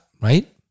Right